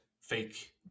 fake